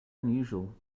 unusual